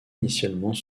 initialement